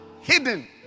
hidden